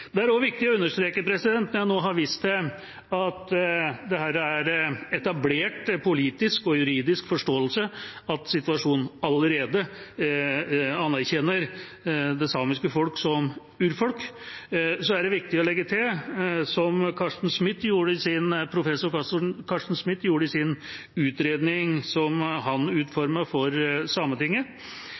Det er også viktig å understreke, når jeg nå har vist til at dette er etablert politisk og juridisk forståelse, at en allerede anerkjenner det samiske folk som urfolk. Så er det viktig å legge til det som professor Carsten Smith gjorde i sin utredning som han utformet for Sametinget